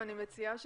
אני מציעה,